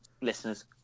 listeners